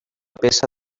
peça